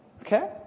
Okay